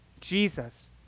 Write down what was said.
jesus